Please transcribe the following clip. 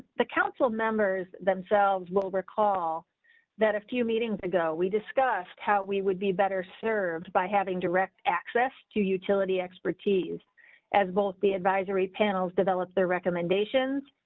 the council members themselves will recall that a few meetings ago we discussed how we would be better served by having direct access to utility expertise as both. the advisory panels develop their recommendations.